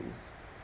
this